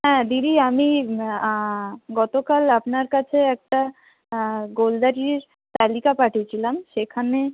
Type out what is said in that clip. হ্যাঁ দিদি আমি গতকাল আপনার কাছে একটা গোলদারির তালিকা পাঠিয়েছিলাম সেখানে